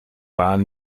bahn